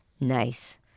Nice